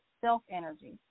self-energy